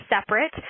separate